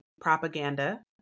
propaganda